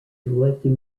collected